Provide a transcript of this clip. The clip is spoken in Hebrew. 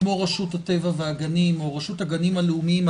כמו רשות הטבע והגנים או רשות הגנים הלאומיים,